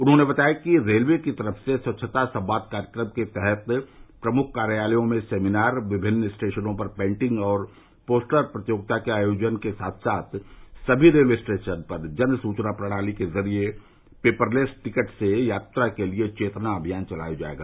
उन्होंने बताया कि रेलवे की तरफ से स्वच्छता संवाद कार्यक्रम के तहत प्रमुख कार्यालयों में सेमिनार विभिन्नर स्टेशनों पर पेन्टिग और पोस्टर प्रतियोगिता के आयोजन के साथ साथ सभी रेलवे स्टेशनों पर जन सूचना प्रणाली के जरिये पेपरलेस टिकट से यात्रा के लिए चेतना अभियान चलाया जायेगा